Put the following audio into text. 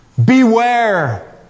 Beware